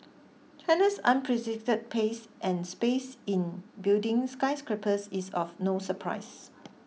China's unprecedented pace and space in building skyscrapers is of no surprise